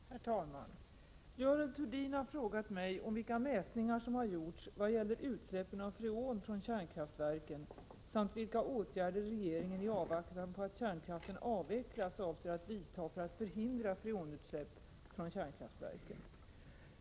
Herr talman! Görel Thurdin har frågat mig om vilka mätningar som har gjorts vad gäller utsläppen av freon från kärnkraftverken samt vilka åtgärder regeringen i avvaktan på att kärnkraften avvecklas avser att vidta för att förhindra freonutsläpp från kärnkraftverken.